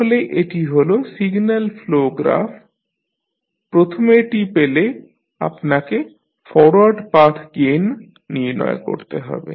তাহলে এটি হল সিগন্যাল ফ্লো গ্রাফ প্রথমেরটি পেলে আপনাকে ফরওয়ার্ড পাথ গেইন নির্ণয় করতে হবে